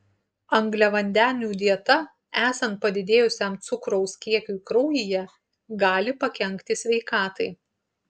angliavandenių dieta esant padidėjusiam cukraus kiekiui kraujyje gali pakenkti sveikatai